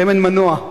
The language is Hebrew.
שמן מנוע.